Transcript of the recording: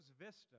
Vista